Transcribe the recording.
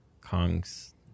Kong's